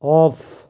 of